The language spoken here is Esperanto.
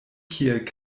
kiel